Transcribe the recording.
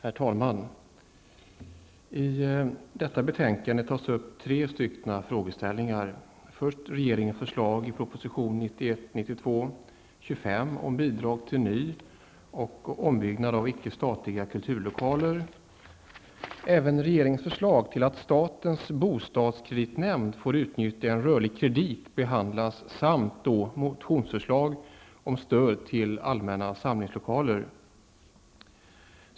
Herr talman! I detta betänkande behandlas tre frågeställningar. Det är först och främst regeringens förslag i proposition 1991/92:25 om bidrag till nyoch ombyggnad av icke-statliga kulturlokaler. Här behandlas även regeringens förslag om att statens bostadskreditnämnd skall få utnyttja en rörlig kredit samt motionsförslag om stöd till allmänna samlingslokaler.